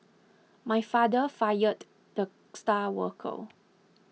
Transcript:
my father fired the star worker